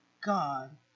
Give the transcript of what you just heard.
God